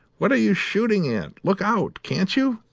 what are you shooting at? look out, can't you?